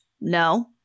no